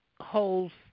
holds